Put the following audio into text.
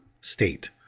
state